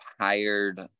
hired